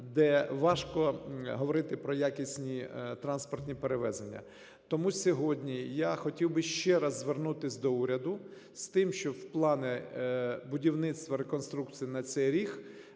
де важко говорити про якісні транспортні перевезення. Тому сьогодні я хотів би ще раз звернутися до уряду з тим, щоб в плани будівництва, реконструкції на цей рік